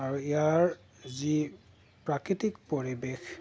আৰু ইয়াৰ যি প্ৰাকৃতিক পৰিৱেশ